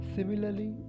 Similarly